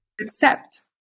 accept